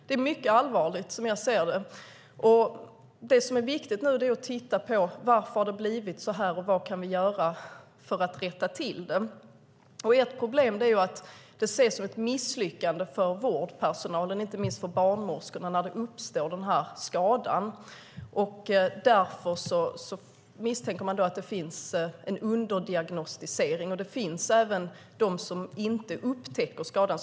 Det är mycket allvarligt, som jag ser det. Det som är viktigt är att titta på varför det har blivit så här och vad vi kan göra för att rätta till det. Ett problem är att det ses som ett misslyckande för vårdpersonalen, inte minst barnmorskorna, när den här skadan uppstår. Därför misstänker man att det finns en underdiagnostisering, och det finns även de som inte upptäcker skadan.